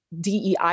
DEI